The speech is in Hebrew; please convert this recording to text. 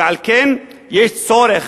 ועל כן, יש צורך